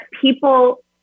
people